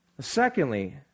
secondly